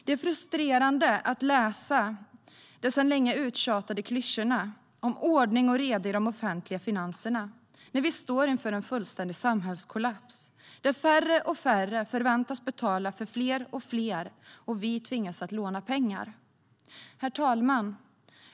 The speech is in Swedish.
Det är frustrerande att läsa de sedan länge uttjatade klyschorna om ordning och reda i de offentliga finanserna när vi står inför en fullständig samhällskollaps. Färre och färre förväntas betala för fler och fler, medan vi tvingas att låna pengar. Herr talman!